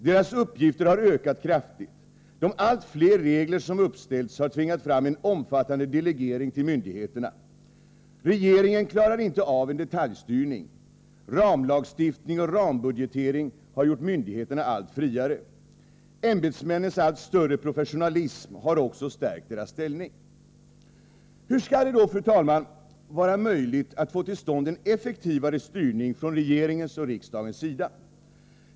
Deras uppgifter har ökat kraftigt. De allt fler regler som uppställts har tvingat fram en omfattande delegering till myndigheterna. Regeringen klarar inte av en detaljstyrning. Ramlagstiftning och rambudgetering har gjort myndigheterna allt friare. Ämbetsmännens allt större professionalism har också stärkt deras ställning. Hur skall det då, fru talman, vara möjligt att få till stånd en effektivare styrning från regeringens och riksdagens sida?